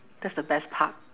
that's the best part